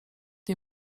nie